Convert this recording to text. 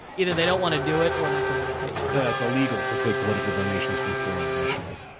either they don't wanna do it, or that's a limitation. yeah it's illegal to take political donations from foreign nationals.